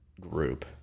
group